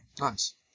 Nice